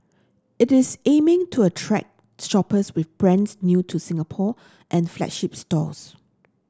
it is aiming to attract shoppers with brands new to Singapore and flagship stores